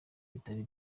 bitari